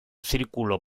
círculo